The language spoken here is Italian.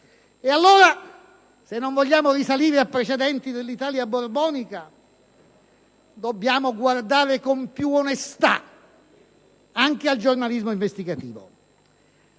Allora, se non vogliamo risalire a precedenti dell'Italia borbonica, dobbiamo guardare con più onestà anche al giornalismo investigativo,